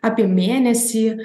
apie mėnesį